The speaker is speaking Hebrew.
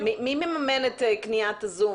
מי מממן את קניית ה-זום.